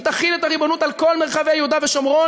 היא תחיל את הריבונות על כל מרחבי יהודה ושומרון,